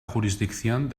jurisdicción